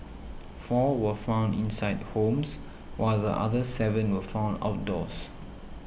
four were found inside homes while the other seven were found outdoors